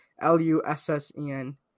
L-U-S-S-E-N